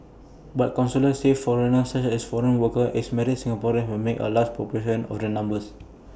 but counsellors say foreigners such as foreign workers and married Singaporeans had made up A large proportion of the numbers